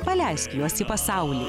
paleisk juos į pasaulį